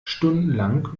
stundenlang